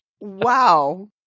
Wow